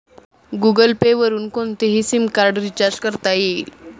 Google Pay वरुन कोणतेही SIM card recharge करता येईल